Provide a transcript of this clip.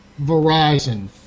Verizon